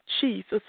Jesus